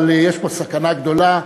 אבל יש פה סכנה גדולה,